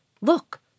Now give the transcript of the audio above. Look